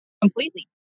Completely